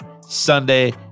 Sunday